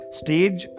stage